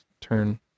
turn